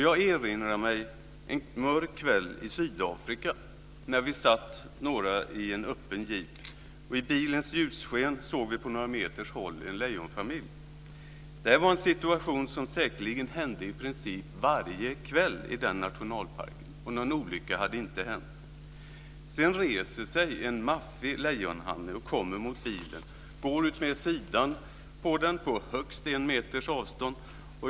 Jag erinrar mig en mörk kväll i Sydafrika när vi satt några personer i en öppen jeep. I bilens ljussken såg vi på några meters håll en lejonfamilj. Det var en situation som säkerligen hände i princip varje kväll i den nationalparken, och någon olycka hade inte hänt. Då reser sig en maffig lejonhannen, kommer mot bilen och går utmed sidan. Vi får den på högst en meters avstånd.